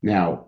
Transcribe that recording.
Now